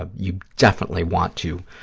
ah you definitely want to,